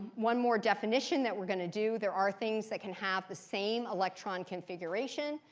one more definition that we're going to do. there are things that can have the same electron configuration.